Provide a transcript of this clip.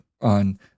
on